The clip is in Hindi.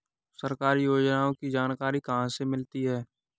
सरकारी योजनाओं की जानकारी कहाँ से मिलती है?